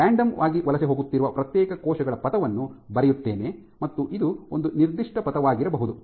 random ಆಗಿ ವಲಸೆ ಹೋಗುತ್ತಿರುವ ಪ್ರತ್ಯೇಕ ಕೋಶಗಳ ಪಥವನ್ನು ಬರೆಯುತ್ತೇನೆ ಮತ್ತು ಇದು ಒಂದು ನಿರ್ದಿಷ್ಟ ಪಥವಾಗಿರಬಹುದು